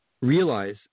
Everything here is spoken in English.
Realize